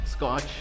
Scotch